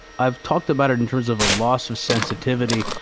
i've talked about it in terms of a loss of sensitivity,